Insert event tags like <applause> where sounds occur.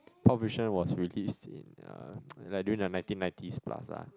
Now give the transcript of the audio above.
Pulp Fiction was released in uh <noise> like during the nineteen nineties plus ah